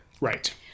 Right